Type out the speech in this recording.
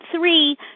three